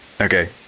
okay